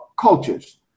cultures